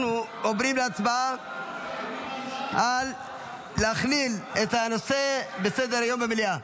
אנחנו עוברים להצבעה על הכללת הנושא בסדר-היום במליאה.